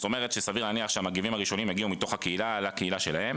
סביר להניח שהמגיבים הראשונים יגיעו מתוך הקהילה לקהילה שלהם.